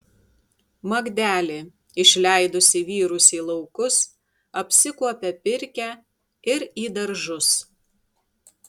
magdelė išleidusi vyrus į laukus apsikuopia pirkią ir į daržus